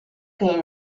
che